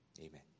amen